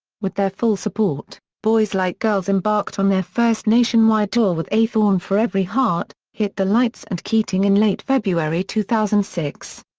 with their full support, boys like girls embarked on their first nationwide tour with a thorn for every heart, hit the lights and keating in late february two thousand and six.